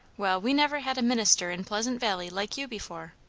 well, we never had a minister in pleasant valley like you before.